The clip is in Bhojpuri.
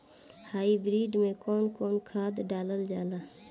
हाईब्रिड में कउन कउन खाद डालल जाला?